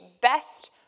best